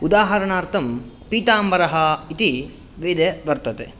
उदाहरणार्थं पीताम्बरः इति वेदे वर्तते